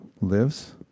lives